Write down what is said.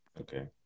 Okay